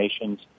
nations